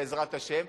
בעזרת השם,